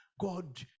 God